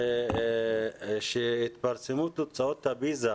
הרי כשהתפרסמו תוצאות הפיז"ה